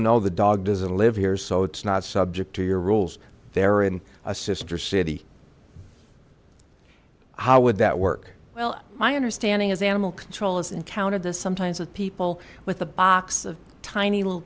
no the dog doesn't live here so it's not subject to your rules there and a sister city how would that work well my understanding is animal control is encountered the sometimes of people with a box of tiny little